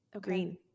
Green